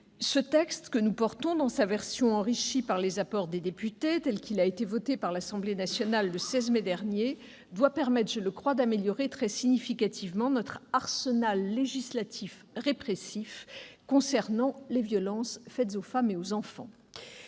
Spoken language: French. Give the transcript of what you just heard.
Le texte que nous portons, dans sa version enrichie par les apports des députés qui l'ont adoptée le 16 mai dernier, doit permettre d'améliorer très significativement notre arsenal législatif répressif concernant les violences faites aux femmes et aux enfants.